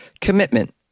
commitment